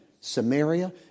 Samaria